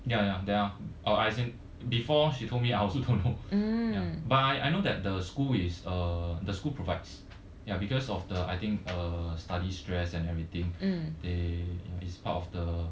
ya ya there are our as in before she told me I also don't know ya but I know that the school is uh the school provides ya because of the I think uh study stress and everything they it's part of the